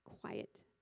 quiet